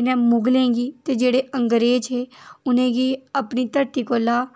इ'नें मुगलें गी ते जेह्ड़े अग्रेंज है उनेंगी अपनी घरती कोला